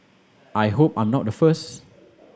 I hope I'm not the first